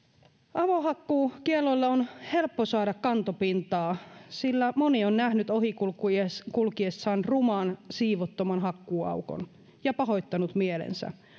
avohakkuukiellolle on helppo saada kantopintaa sillä moni on nähnyt ohikulkiessaan ohikulkiessaan ruman siivottoman hakkuuaukon ja pahoittanut mielensä